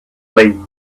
lame